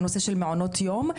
על הנושא של מעונות יום.